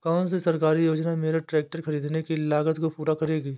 कौन सी सरकारी योजना मेरे ट्रैक्टर ख़रीदने की लागत को पूरा करेगी?